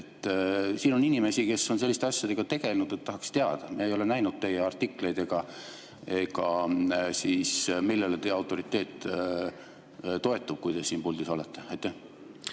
Siin on inimesi, kes on selliste asjadega tegelenud, ja nad tahaksid teada. Me ei ole näinud teie artikleid. Millele teie autoriteet toetub, kui te siin puldis olete? Aitäh!